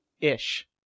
Ish